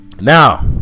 now